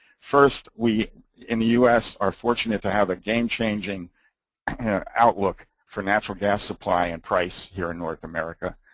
first, we in the us are fortunate to have a game-changing outlook for natural gas supply and price here in north america.